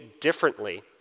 differently